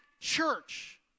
church